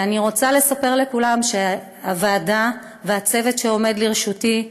אני רוצה לספר לכולם שהוועדה והצוות שעומד לרשותי,